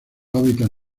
hábitat